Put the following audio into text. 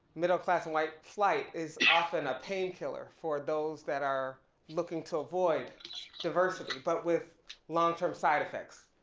middle class and white flight is often a pain killer for those that are looking to avoid diversity but with long term side effects.